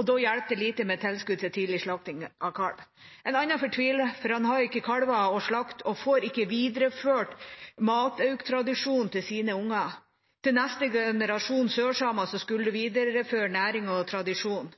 og da hjelper det lite med tilskudd til tidlig slakting av kalv. En annen fortviler fordi han ikke har kalver å slakte og får ikke videreført matauktradisjonene til sine unger – til neste generasjon sørsamer som skulle videreføre næring og tradisjon.